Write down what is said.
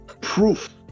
Proof